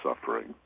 suffering